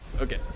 okay